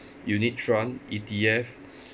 you need E_T_F